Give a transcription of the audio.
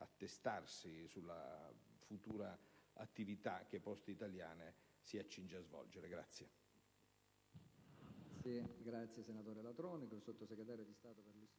attestarsi sulla futura attività che Poste italiane si accinge a svolgere.